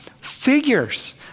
figures